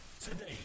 Today